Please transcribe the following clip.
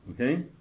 Okay